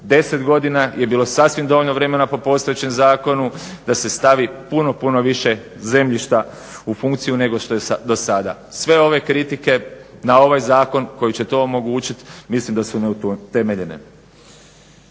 10 godina je bilo sasvim dovoljno vremena po postojećem zakonu da se stavi puno, puno više zemljišta u funkciju nego što je dosada. Sve ove kritike na ovaj zakon koji će to omogućiti mislim da su neutemeljene.